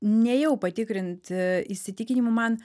nėjau patikrint įsitikinimų man